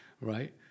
right